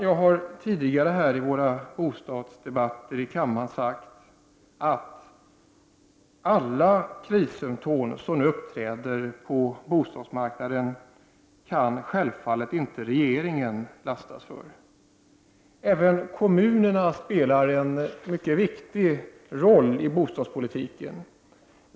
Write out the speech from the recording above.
Jag har tidigare här i våra bostadsdebatter i kammaren sagt att regeringen självfallet inte kan lastas för alla krissymptom som nu uppträder på bostadsmarknaden. Även kommunerna spelar en mycket viktig roll i bostadspolitiken.